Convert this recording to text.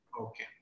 Okay